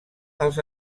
als